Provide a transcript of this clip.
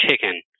chicken